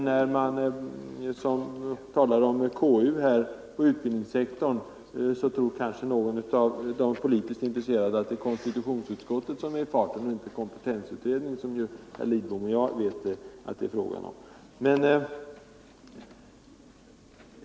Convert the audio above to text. När man talar om KU inom utbildningssektorn tror kanske någon politiskt intresserad att det är konstitutionsutskottet som är i farten och inte kompetensutredningen, som ju herr Lidbom och jag vet att det är fråga om.